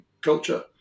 culture